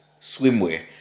swimwear